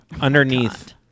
underneath